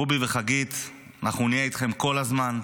רובי וחגית, אנחנו נהיה איתכם כל הזמן.